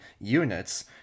units